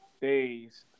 days